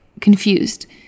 confused